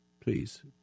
please